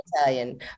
Italian